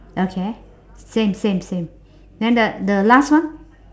okay same same same then the the last one